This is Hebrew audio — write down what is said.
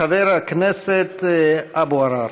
חבר הכנסת אבו עראר.